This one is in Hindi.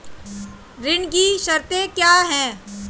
ऋण की शर्तें क्या हैं?